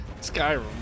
Skyrim